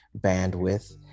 bandwidth